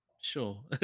Sure